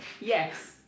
Yes